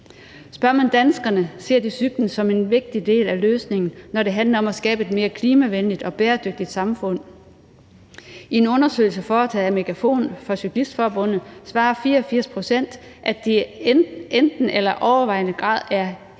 Spørger man danskerne, ser de cyklen som en vigtig del af løsningen, når det handler om at skabe et mere klimavenligt og bæredygtigt samfund. I en undersøgelse foretaget af MEGAFON for Cyklistforbundet svarer 84 pct., at de enten helt eller i overvejende grad er enige